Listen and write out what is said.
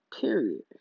Period